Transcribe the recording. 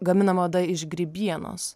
gaminama oda iš grybienos